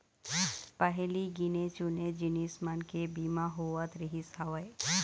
पहिली गिने चुने जिनिस मन के बीमा होवत रिहिस हवय